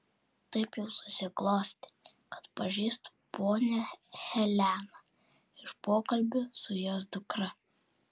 taip jau susiklostė kad pažįstu ponią heleną iš pokalbių su jos dukra